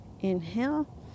Inhale